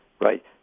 right